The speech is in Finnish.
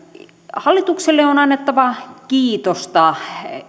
hallitukselle on annettava kiitosta